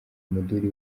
umuduri